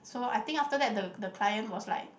so I think after that the the clients was like